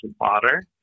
water